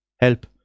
Help